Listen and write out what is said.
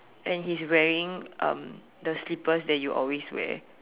and he's wearing um the slippers that you always wear